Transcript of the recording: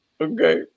okay